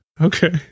Okay